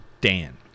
Dan